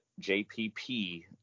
jpp